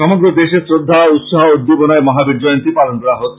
সমগ্র দেশে শ্রদ্ধা ও উৎসাহ উদ্দীপনায় মহাবীর জয়ন্তী পালন করা হচ্ছে